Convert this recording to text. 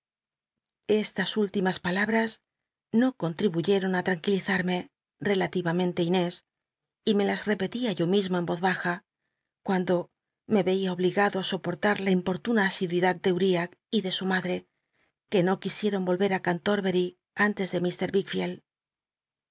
bstas últimas palabras no contribuyeron tranquilizmmc rclaliyamentc á t nés y me las i'cpctia yo mismo en yoz baja cuando me y cia obligado í soportal la impoi'lnna asiduidad de uriah y de su i cantorbcry anmad re que no quisieron volver á cantorbcry antes de